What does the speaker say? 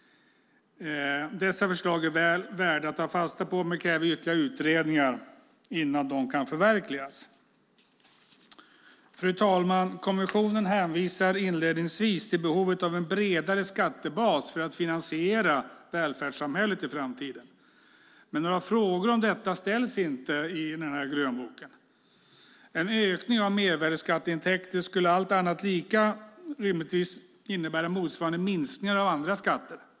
Dessa förslag är väl värda att ta fasta på men kräver ytterligare utredningar innan de kan förverkligas. Fru talman! Kommissionen hänvisar inledningsvis till behovet av en bredare skattebas för att finansiera välfärdssamhället i framtiden. Men några frågor om detta ställs inte i den här grönboken. En ökning av mervärdesskatteintäkter skulle, allt annat lika, rimligtvis innebära motsvarande minskningar av andra skatter.